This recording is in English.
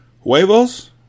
Huevos